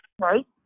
Right